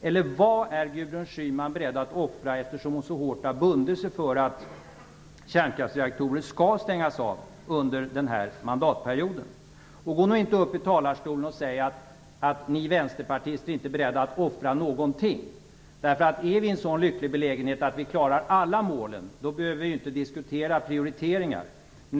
Eller vad är Gudrun Schyman beredd att offra eftersom hon så hårt har bundit sig för att kärnkraftsreaktorer skall stängas av under den här mandatperioden? Gå nu inte upp i talarstolen och säg att ni vänsterpartister inte är beredda att offra någonting! Om vi är i en sådan lycklig belägenhet att vi klarar alla mål, behöver vi inte diskutera prioritering.